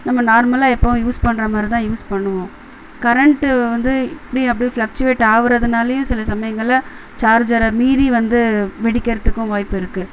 நம்ம நார்மலாக எப்பவும் யூஸ் பண்ணுற மாதிரி தான் யூஸ் பண்ணுவோம் கரண்ட்டு வந்து இப்படியும் அப்படியும் ஃப்ளெக்ட்சுவேட் ஆகுறதுனாலயும் சில சமயங்கள்ல சார்ஜரை மீறி வந்து வெடிக்கிறத்துக்கும் வாய்ப்பு இருக்குது